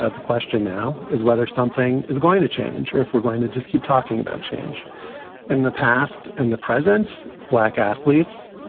ah the question now is whether something is going to change or if we're going to just keep talking about change in the past and the present black athletes.